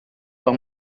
noch